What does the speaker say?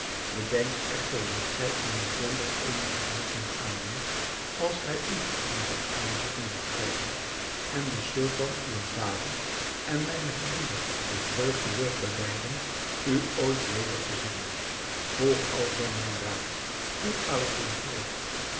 bedenk echter dat gij u noodwendig eenig geweld moet aandoen als gij u van zijn aanzoeken bevrijden en den sultan uwen vader en mijnen gebieder de vreugde wilt bereiden u ooit weder te zien volg alzoo mijn raad voer aladdin voort